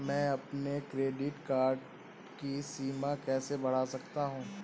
मैं अपने credit card की सीमा कैसे बढ़ा सकता हूँ?